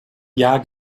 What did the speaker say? jahr